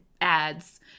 ads